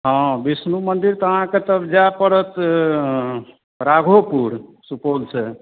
हँ विष्णु मन्दिर तब अहाँके तऽ जा पड़त राघोपुर सुपौलसँ